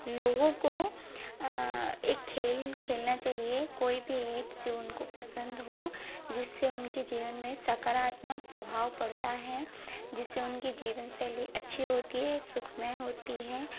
लोगों को एक खेल खेलना चाहिए कोई भी एक जो उनको को पसन्द हों जिससे उनके जीवन में सकारात्मक प्रभाव पड़ता है जिससे उनकी जीवन शैली अच्छी होती है सुखमय होती हैं